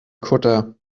kutter